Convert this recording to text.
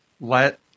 Let